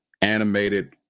animated